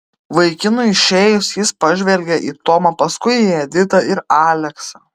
vaikinui išėjus jis pažvelgė į tomą paskui į editą ir aleksą